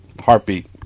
Heartbeat